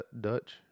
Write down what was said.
Dutch